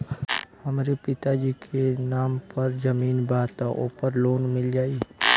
हमरे पिता जी के नाम पर जमीन बा त ओपर हमके लोन मिल जाई?